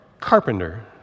Carpenter